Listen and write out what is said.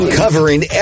covering